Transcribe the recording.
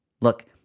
Look